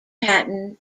patton